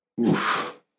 Oof